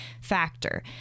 factor